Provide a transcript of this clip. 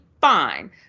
fine